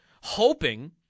hoping